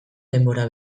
denbora